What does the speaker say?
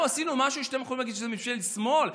אנחנו עשינו משהו שאתם יכולים להגיד שזו ממשלת שמאל?